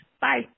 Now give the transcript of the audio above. Bye